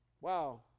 wow